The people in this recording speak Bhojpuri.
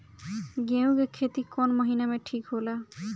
गेहूं के खेती कौन महीना में ठीक होला?